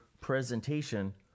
presentation